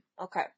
Okay